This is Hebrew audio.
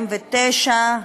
49),